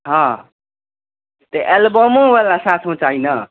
हँ तऽ एलबमोवला साथमे चाही ने